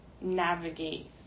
navigate